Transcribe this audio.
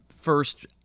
first